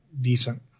decent